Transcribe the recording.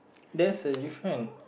there's a different